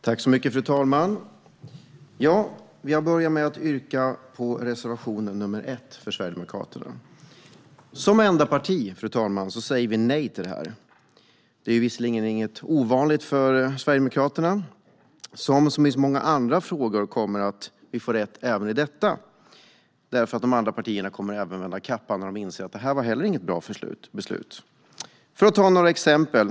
Fru talman! Jag börjar med att för Sverigedemokraterna yrka bifall till reservation nr 1. Vi säger som enda parti nej till detta. Det är visserligen inget ovanligt för Sverigedemokraterna. Som i så många andra frågor kommer vi att få rätt även i detta. De andra partierna kommer att vända kappan efter vinden när de inser att inte heller detta var ett bra beslut. Jag kan ta några exempel.